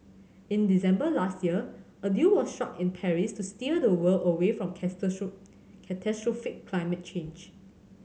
in December last year a deal was struck in Paris to steer the world away from catastrophic climate change